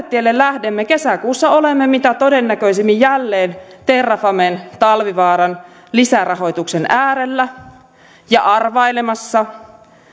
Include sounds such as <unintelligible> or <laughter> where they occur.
<unintelligible> tielle lähdemme kesäkuussa olemme mitä todennäköisimmin jälleen terrafamen talvivaaran lisärahoituksen äärellä ja arvailemassa